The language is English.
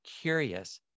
curious